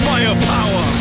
Firepower